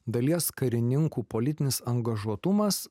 dalies karininkų politinis angažuotumas